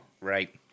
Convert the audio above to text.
right